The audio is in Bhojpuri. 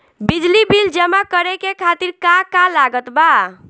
बिजली बिल जमा करे खातिर का का लागत बा?